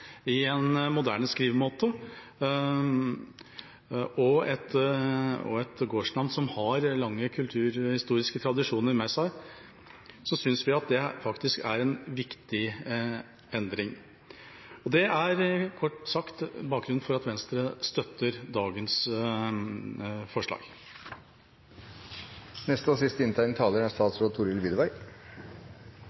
til en moderne skrivemåte – og et gårdsnavn som har lange kulturhistoriske tradisjoner med seg, synes vi det er en viktig endring. Det er kort sagt bakgrunnen for at Venstre støtter dagens forslag. Stedsnavn er